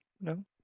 No